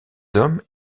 hommes